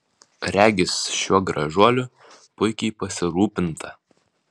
regis šiuo gražuoliu puikiai pasirūpinta